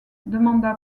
demanda